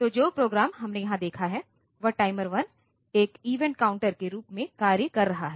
तो जो प्रोग्राम हमने यहां देखा है वह टाइमर 1 एक इवेंट काउंटर के रूप में कार्य कर रहा है